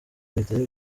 bitari